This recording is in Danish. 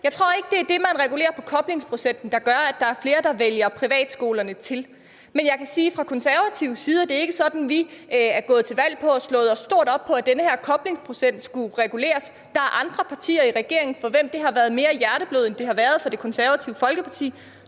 Jeg tror ikke, det er det, man regulerer på koblingsprocenten, der gør, at flere vælger privatskolerne til. Men jeg kan sige fra Konservatives side, at det ikke er sådan, at vi er gået til valg på og har slået os stort op på, at den her kobling skal reguleres. Der er andre partier i regeringen, for hvem det har været mere hjerteblod, end det har været for Det Konservative Folkeparti.